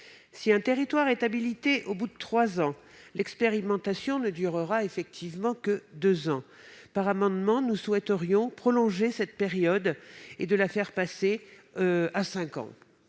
Si un territoire est habilité au bout de trois ans, l'expérimentation ne durera effectivement que deux ans. Nous souhaitons prolonger cette durée et la porter à cinq ans.